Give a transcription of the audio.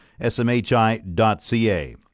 SMHI.ca